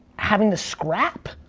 having to scrap.